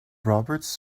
roberts